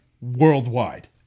worldwide